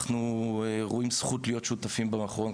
אנחנו רואים זכות להיות שותפים במכון,